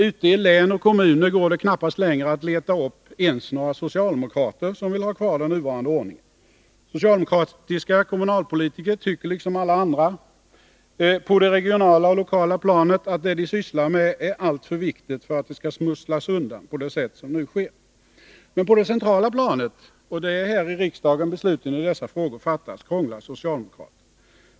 Ute i län och kommuner går det knappast längre att leta upp ens några socialdemokrater som vill ha kvar den nuvarande ordningen. Socialdemokratiska kommunalpolitiker tycker, liksom alla andra på det regionala och lokala planet, att det de sysslar med är alltför viktigt för att det skall smusslas undan på det sätt som nu sker. Men på det centrala planet — och det är här i riksdagen besluten i dessa frågor fattas — krånglar socialdemokraterna.